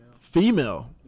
female